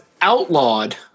outlawed